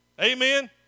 Amen